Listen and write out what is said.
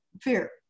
fear